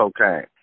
cocaine